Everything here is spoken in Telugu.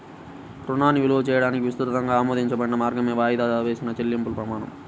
రుణాన్ని విలువ చేయడానికి విస్తృతంగా ఆమోదించబడిన మార్గమే వాయిదా వేసిన చెల్లింపు ప్రమాణం